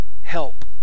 help